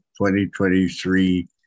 2023